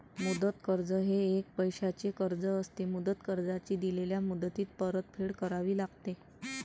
मुदत कर्ज हे एक पैशाचे कर्ज असते, मुदत कर्जाची दिलेल्या मुदतीत परतफेड करावी लागते